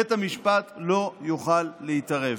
בית המשפט לא יוכל להתערב.